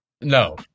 No